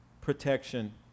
protection